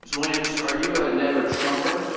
williams, are you a never-trumper?